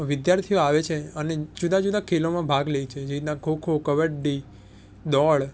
વિદ્યાર્થીઓ આવે છે અને જુદા જુદા ખેલોમાં ભાગ લે છે જેમાં ખોખો કબ્બડી દોડ